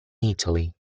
italy